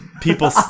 People